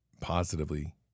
positively